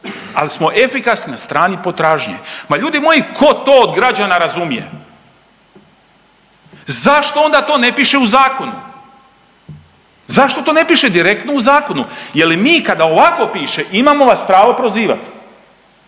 ali smo efikasni na strani potražnje. Ma ljudi moji, tko to od građana razumije? Zašto onda to ne piše u zakonu? Zašto to ne piše direktno u zakonu jer i mi kad ovako piše imamo vas pravo prozivati.